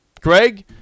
Greg